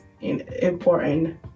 important